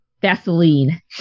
Vaseline